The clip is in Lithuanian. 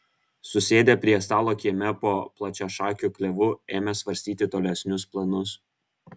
susėdę prie stalo kieme po plačiašakiu klevu ėmė svarstyti tolesnius planus